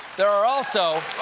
there are also